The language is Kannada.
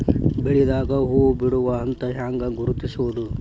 ಬೆಳಿದಾಗ ಹೂ ಬಿಡುವ ಹಂತ ಹ್ಯಾಂಗ್ ಗುರುತಿಸೋದು?